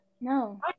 No